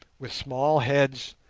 with small heads,